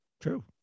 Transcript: true